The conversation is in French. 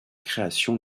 création